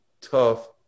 tough